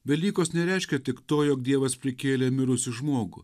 velykos nereiškė tik to jog dievas prikėlė mirusį žmogų